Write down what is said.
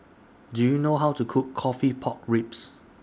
Do YOU know How to Cook Coffee Pork Ribs